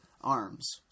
arms